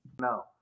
No